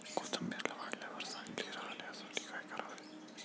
कोथिंबीर काढल्यावर चांगली राहण्यासाठी काय करावे?